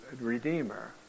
Redeemer